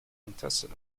contested